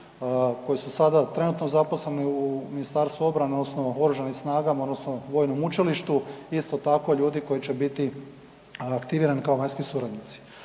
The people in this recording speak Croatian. koji su sada trenutno zaposleni u MORH-u odnosno OSRH odnosno Vojnom učilištu, isto tako, ljudi koji će biti aktivirani kao vanjski suradnici.